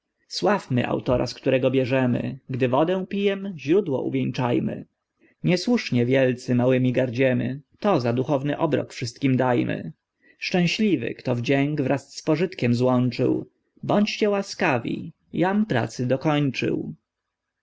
sławmy autora z którego bierzemy gdy wodę pijem źródło uwieńczajmy nie słusznie wielcy małymi gardziemy to za duchowny obrok wszystkim dajmy szczęśliwy kto wdzięk wraz z pożytkiem złączył bądźcie łaskawi jam pracy dokończył